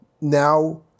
Now